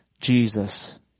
Jesus